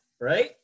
Right